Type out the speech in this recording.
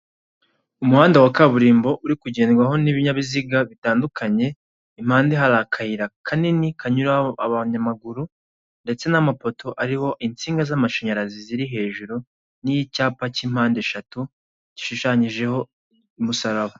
Umuhanda wa kaburimbo uri kugendwaho n'ibinyabiziga bitandukanye impande hari akayira kanini kanyuraho abanyamaguru ndetse n'amapoto ariho insinga z'amashanyarazi ziri hejuru, n'icyapa k'impande eshatu gishushanyijeho umusaraba.